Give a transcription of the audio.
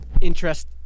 interest